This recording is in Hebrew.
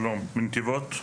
שלום מנתיבות,